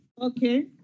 Okay